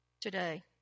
today